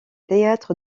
théâtres